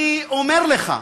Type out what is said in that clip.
אני אומר לך: